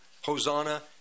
Hosanna